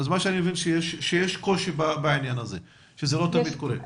אני מבין שיש קושי בעניין הזה, שזה לא תמיד קורה.